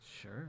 Sure